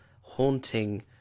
haunting